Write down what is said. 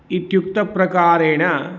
इत्युक्त प्रकारेण